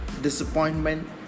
disappointment